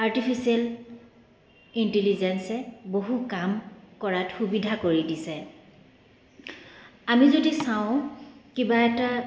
artificial ইণ্টেলিজেন্সে বহু কাম কৰাত সুবিধা কৰি দিছে আমি যদি চাওঁ কিবা এটা